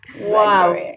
Wow